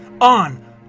On